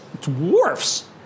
dwarfs